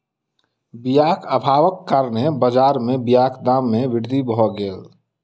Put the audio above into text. बीयाक अभावक कारणेँ बजार में बीयाक दाम में वृद्धि भअ गेल